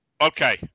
okay